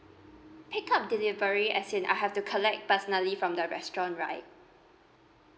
pick up delivery as in I have to collect personally from the restaurant right